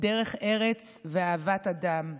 דרך ארץ ואהבת אדם.